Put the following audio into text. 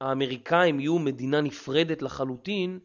האמריקאים יהיו מדינה נפרדת לחלוטין